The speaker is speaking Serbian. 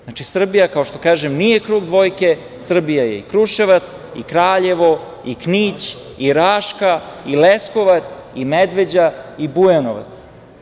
Znači, Srbija, kao što kažem, nije krug "dvojke", Srbija je i Kruševac i Kraljevo i Knić i Raška i Leskovac i Medveđa i Bujanovac.